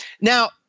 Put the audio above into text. Now